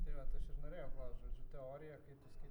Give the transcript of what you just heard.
tai vat aš ir norėjau klaust žodžiu teorija kaip pasakyt